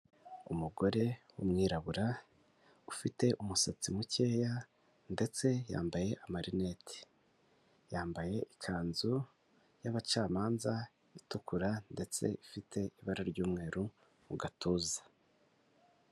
Umugore w'umwirabura ufite umusatsi mukeya ndetse yambaye marineti yambaye ikanzu yabacamanza itukura ndetse ifite ibara ry'umweru mu gatuza.